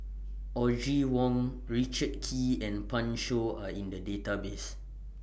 Audrey Wong Richard Kee and Pan Shou Are in The Database